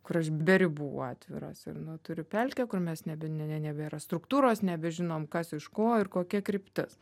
kur aš be ribų atviras ir nu turiu pelkę kur mes nebe ne ne nebėra struktūros nebežinom kas iš ko ir kokia kryptis